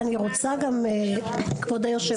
בדיוק הנקודה שאני רוצה לחדד,